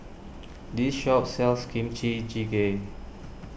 this shop sells Kimchi Jjigae